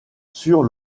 sur